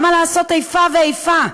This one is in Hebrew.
למה לעשות איפה ואיפה?